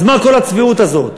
אז מה כל הצביעות הזאת?